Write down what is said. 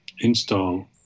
install